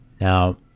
Now